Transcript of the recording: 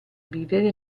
vivere